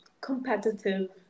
competitive